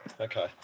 Okay